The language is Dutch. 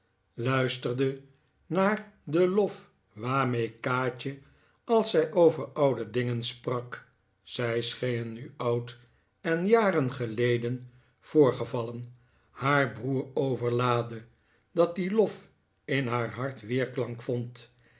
luisterde naar den lof waarmee kaatje als zij over oude dingen sprak zij schenen nu oud en jaren geleden voorgevallen haar broer overlaadde dat die lof in haar hart weerklank vond